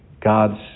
God's